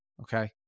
okay